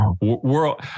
world